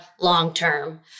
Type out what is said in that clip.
long-term